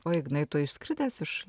o ignai tu išskridęs iš